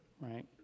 right